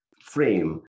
frame